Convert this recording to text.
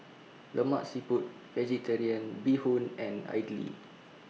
Lemak Siput Vegetarian Bee Hoon and Idly